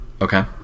Okay